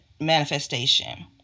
manifestation